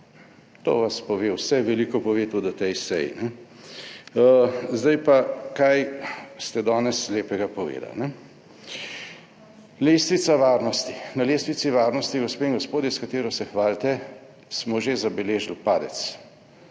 o vas pove vse. Veliko pove tudi na tej seji. Zdaj pa, kaj ste danes lepega povedali. Lestvica varnosti. Na lestvici varnosti, gospe in gospodje, s katero se hvalite, smo že zabeležili padec,